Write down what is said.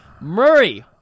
Murray